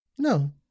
no